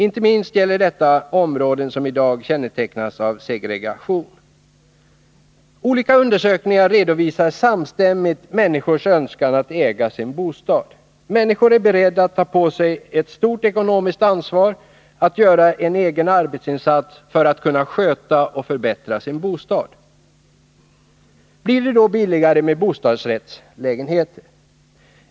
Inte minst gäller detta de områden som i dag kännetecknas av segregationsproblem. Olika undersökningar redovisar samstämmigt människors önskan att äga sin bostad. Människor är beredda att ta på sig ett stort ekonomiskt ansvar och att göra en egen arbetsinsats för att kunna sköta och förbättra sin bostad. Blir det då billigare med bostadsrätt?